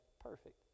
perfect